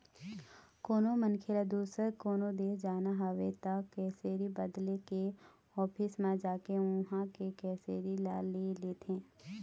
कोनो मनखे ल दुसर कोनो देश जाना हवय त करेंसी बदले के ऑफिस म जाके उहाँ के करेंसी ल ले लेथे